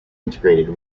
integrated